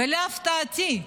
ולהפתעתי,